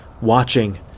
watching